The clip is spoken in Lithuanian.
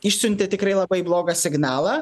išsiuntė tikrai labai blogą signalą